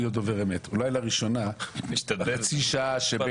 לקביעת שכר ותשלומים אחרים בנושאים הבאים: 1. מימון לינה במוצאי שבת